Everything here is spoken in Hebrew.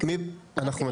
אנחנו מצביעים.